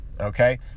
okay